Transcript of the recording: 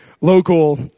local